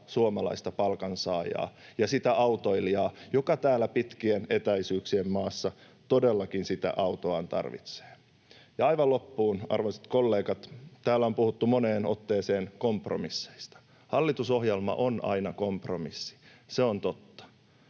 suomalaista palkansaajaa ja sitä autoilijaa, joka täällä pitkien etäisyyksien maassa todellakin sitä autoaan tarvitsee. Aivan loppuun, arvoisat kollegat: Täällä on puhuttu moneen otteeseen kompromisseista. Hallitusohjelma on aina kompromissi, se on totta,